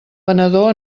venedor